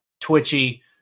twitchy